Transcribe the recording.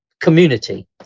community